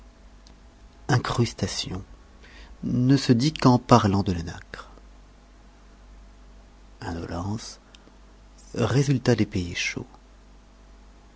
incrustation ne se dit qu'en parlant de la nacre indolence résultat des pays chauds